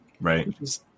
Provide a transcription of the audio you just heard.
Right